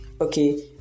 okay